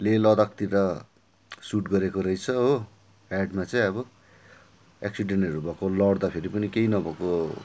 लेह लद्दाखतिर सुट गरेको रहेछ हो एडमा चाहिँ अब एक्सिडेन्टहरू भएको लड्दाखेरि पनि केही न भएको